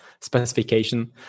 specification